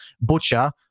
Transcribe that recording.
butcher